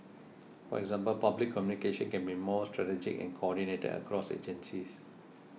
for example public communication can be more strategic and coordinated across agencies